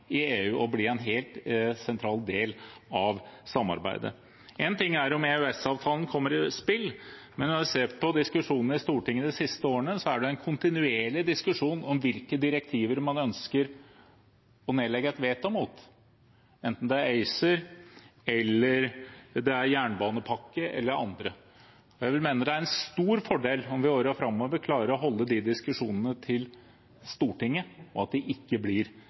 i EU og bli en helt sentral del av samarbeidet. Én ting er om EØS-avtalen kommer i spill, men når vi ser på diskusjonene i Stortinget de siste årene, er det en kontinuerlig diskusjon om hvilke direktiver man ønsker å nedlegge et veto mot, enten det er ACER eller det er jernbanepakker eller andre. Jeg mener det vil være en stor fordel om vi i årene framover klarer å holde de diskusjonene til Stortinget, og at de ikke blir